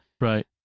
right